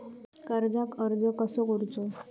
कर्जाक अर्ज कसो करूचो?